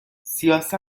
سیاست